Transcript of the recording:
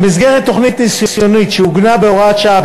במסגרת תוכנית ניסיונית שעוגנה בהוראת שעה,